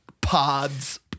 Pods